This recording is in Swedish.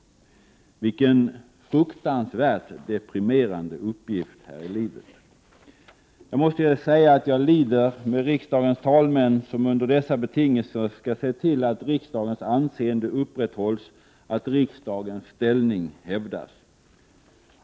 Vilken fruktansvärt deprimerande uppgift här i livet! Jag måste säga att jag lider med riksdagens talmän som under dessa betingelser skall se till att riksdagens anseende upprätthålls och att riksdagens ställning hävdas.